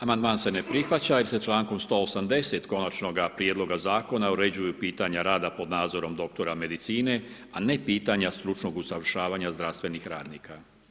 Amandman se ne prihvaća, jer se čl. 180. konačnoga prijedloga zakona, uređuje pitanje rada pod nadzorom doktora medicine, a ne pitanje stručnog usavršavanje zdravstvenog radnika.